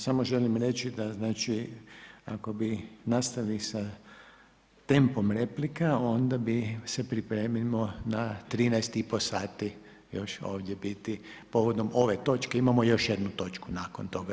Samo želim reći da znači ako bi nastavili sa tempom replika onda se pripremimo na 13,5 sati još ovdje biti povodom ove točke, imamo još jednu točku nakon toga.